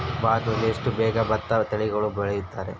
ಭಾರತದಲ್ಲಿ ಎಷ್ಟು ಬಗೆಯ ಭತ್ತದ ತಳಿಗಳನ್ನು ಬೆಳೆಯುತ್ತಾರೆ?